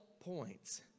points